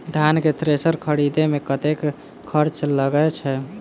धान केँ थ्रेसर खरीदे मे कतेक खर्च लगय छैय?